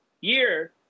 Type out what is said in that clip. year